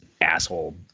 asshole